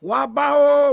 Wabao